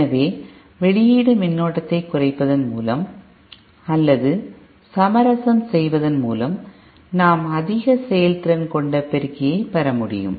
எனவே வெளியீடு மின்னோட்டத்தை குறைப்பதின் மூலம் அல்லது சமரசம் செய்வதன்மூலம் நாம் அதிக செயல்திறன் கொண்ட பெருக்கியைப் பெறமுடியும்